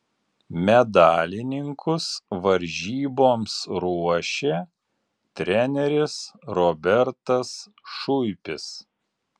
medalininkus varžyboms ruošė treneris robertas šuipis